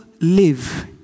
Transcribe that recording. live